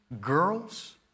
girls